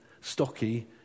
stocky